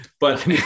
but-